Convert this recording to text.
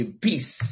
peace